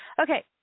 okay